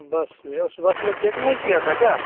बस में उस बस में चेक नहीं किया था क्या